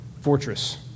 fortress